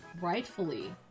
rightfully